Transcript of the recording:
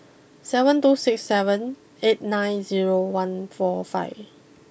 seven two six seven eight nine zero one four five